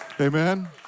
Amen